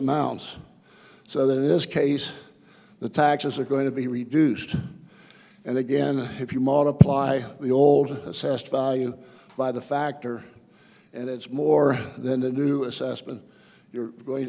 amounts so that is case the taxes are going to be reduced and again if you multiply the old assessed value by the factor and it's more then the new assessment you're